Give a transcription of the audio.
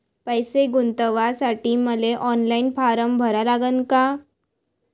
पैसे गुंतवासाठी मले ऑनलाईन फारम भरा लागन का?